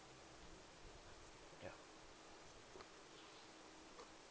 ya